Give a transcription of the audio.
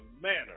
manner